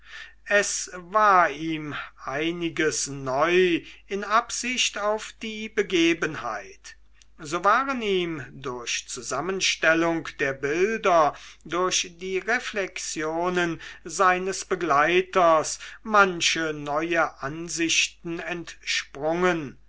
es war ihm einiges neu in absicht auf die begebenheit so waren ihm durch zusammenstellung der bilder durch die reflexionen seines begleiters manche neue ansichten entsprungen